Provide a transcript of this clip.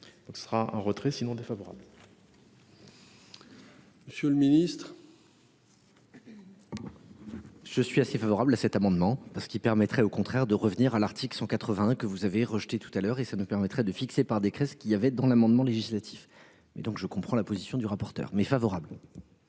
Donc ce sera un retrait sinon défavorable. Le. Monsieur le Ministre. Je suis assez favorable à cet amendement parce qu'il permettrait au contraire de revenir à l'article 181 que vous avez rejeté tout à l'heure et ça nous permettrait de fixer, par décret, ce qui avait dans l'amendement législatif mais donc je comprends la position du rapporteur mais favorable.